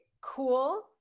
cool